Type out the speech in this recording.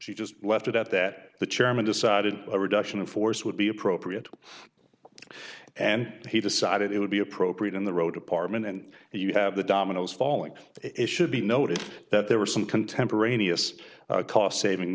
she just left it at that the chairman decided a reduction of force would be appropriate and he decided it would be appropriate in the road department and you have the dominoes fall and it should be noted that there were some contemporaneous cost saving